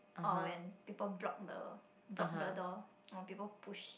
or when people block the block the door or people push